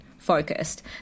Focused